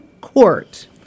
Court